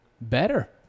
better